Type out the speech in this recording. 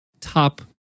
top